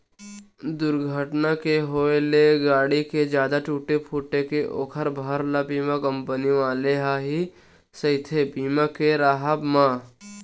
दूरघटना के होय ले गाड़ी के जादा टूटे फूटे ले ओखर भार ल बीमा कंपनी वाले ह ही सहिथे बीमा के राहब म